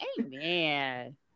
amen